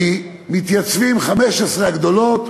כי מתייצבות 15 הגדולות,